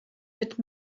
mit